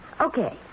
Okay